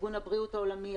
ארגון הבריאות העולמי,